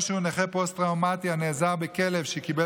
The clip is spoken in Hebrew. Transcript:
או שהוא נכה פוסט-טראומטי הנעזר בכלב שקיבל